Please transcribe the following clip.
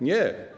Nie.